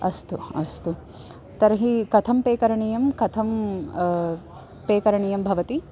अस्तु अस्तु तर्हि कथं पे करणीयं कथं पे करणीयं भवति